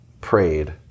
prayed